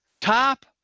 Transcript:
top